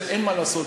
אין מה לעשות.